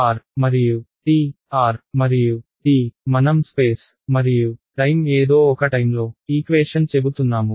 R మరియు t r మరియు t మనం స్పేస్ మరియు టైమ్ ఏదో ఒక టైం లో ఈక్వేషన్ చెబుతున్నాము